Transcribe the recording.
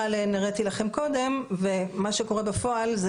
עליהם הראיתי לכם קודם ומה שקורה בפועל זה